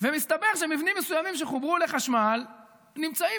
ומסתבר שמבנים מסוימים שחוברו לחשמל ונמצאים